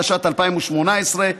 התשע"ט 2018,